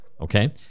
Okay